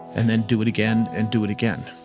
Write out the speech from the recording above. and then do it again and do it again,